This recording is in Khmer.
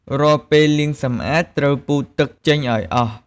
រាល់ពេលលាងសម្អាត ត្រូវពូតទឹកចេញឱ្យអស់។